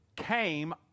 came